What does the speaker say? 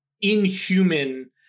inhuman